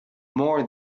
more